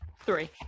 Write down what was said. Three